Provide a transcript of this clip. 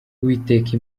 uwiteka